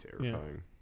terrifying